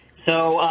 so,